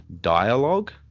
dialogue